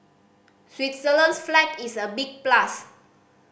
Switzerland's flag is a big plus